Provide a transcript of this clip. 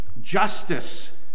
Justice